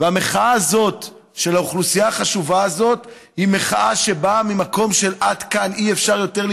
והמחאה הזאת של האוכלוסייה החשובה הזאת היא מחאה שבאה ממקום של: עד כאן,